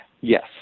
Yes